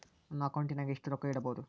ನನ್ನ ಅಕೌಂಟಿನಾಗ ಎಷ್ಟು ರೊಕ್ಕ ಇಡಬಹುದು?